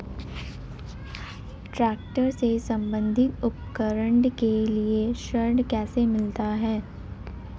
Tractor से संबंधित उपकरण के लिए ऋण कैसे मिलता है?